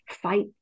fight